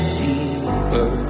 deeper